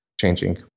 changing